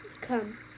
Come